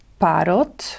Parot